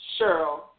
Cheryl